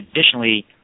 additionally